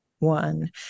One